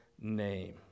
name